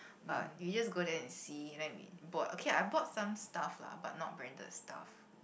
but you just go there and see then we brought okay I brought some stuff lah but not branded stuff